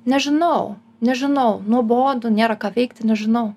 nežinau nežinau nuobodu nėra ką veikti nežinau